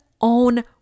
own